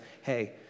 hey